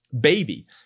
baby